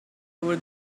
over